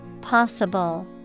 Possible